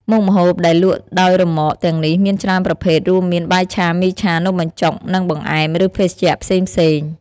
មុខម្ហូបដែលលក់ដោយរ៉ឺម៉កទាំងនេះមានច្រើនប្រភេទ រួមមាន បាយឆា មីឆា នំបញ្ចុក និងបង្អែម ឬភេសជ្ជៈផ្សេងៗ។